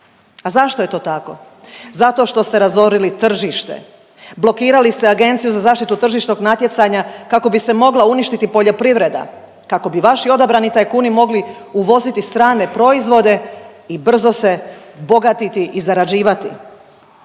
A zašto je to tako? Zato što ste razorili tržište, blokirali ste Agenciju za zaštitu tržišnog natjecanja kako bi se mogla uništiti poljoprivreda, kako bi vaši odabrani tajkuni mogli uvoziti strane proizvode i brzo se bogatiti i zarađivati.